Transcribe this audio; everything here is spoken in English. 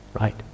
Right